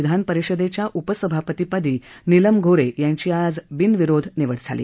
विधान परिषदेच्या उपसभापतीपदी नीलम गोन्हे यांची आज बिनविरोध निवड झाली